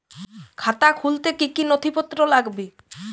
খাতা খুলতে কি কি নথিপত্র লাগবে?